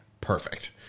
Perfect